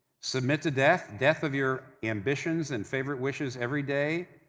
submit to death, death of your ambitions and favorite wishes, every day,